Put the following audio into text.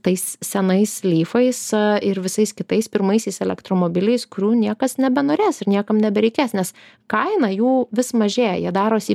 tais senais lyfais ir visais kitais pirmaisiais elektromobiliais kurių niekas nebenorės ir niekam nebereikės nes kaina jų vis mažėja jie darosi